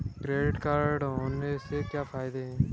Credit card होने के क्या फायदे हैं?